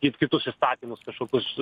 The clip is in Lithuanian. it kitus įstatymus kažkokius